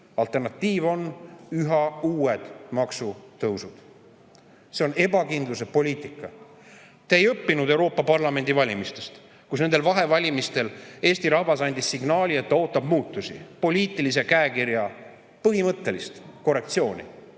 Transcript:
Alternatiiv on üha uued maksutõusud. See on ebakindluse poliitika. Te ei ole õppinud Euroopa Parlamendi valimistest. Nendel vahevalimistel andis Eesti rahvas signaali, et ta ootab muutusi, poliitilise käekirja põhimõttelist korrektsiooni,